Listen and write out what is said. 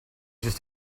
just